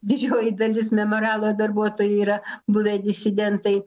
didžioji dalis memorialo darbuotojai yra buvę disidentai